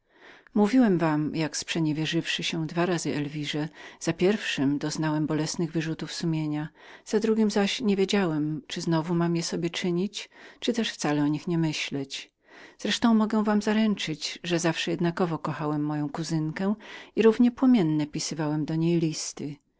mówiłem wam jak przeniewierzywszy się dwa razy elwirze za pierwszym doznałem bolesnych wyrzutów sumienia za drugim zaś niewiedziałem czyli znowu mam je sobie czynić lub też wcale o nich nie myśleć z resztą mogę wam zaręczyć że zawsze jednakowo kochałem moją kuzynkę i równie płomienne pisywałem do niej listy